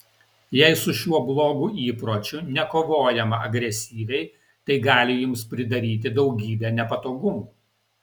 jei su šiuo blogu įpročiu nekovojama agresyviai tai gali jums pridaryti daugybę nepatogumų